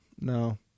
No